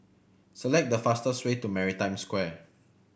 select the fastest way to Maritime Square